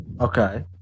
Okay